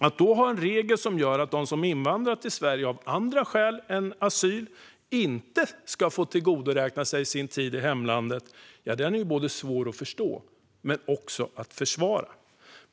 Att då ha en regel som gör att de som har invandrat till Sverige av andra skäl än asyl inte ska få tillgodoräkna sig sin tid i hemlandet är svår att både förstå och försvara.